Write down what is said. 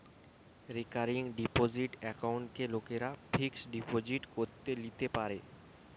recurring deposit একাউন্টকে লোকরা fixed deposit করে লিতে পারে